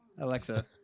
Alexa